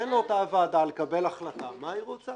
תן לו את הוועדה, שתקבל החלטה מה היא רוצה.